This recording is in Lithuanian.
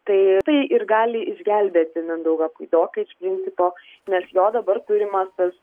tai tai ir gali išgelbėti mindaugą puidoką iš principo nes jo dabar turimas tas